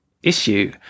issue